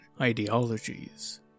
ideologies